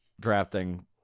drafting